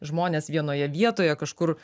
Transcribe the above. žmonės vienoje vietoje kažkur